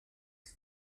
des